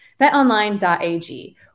BetOnline.ag